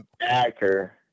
actor